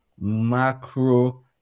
macro